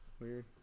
Weird